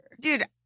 Dude